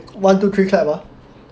one two three clap ah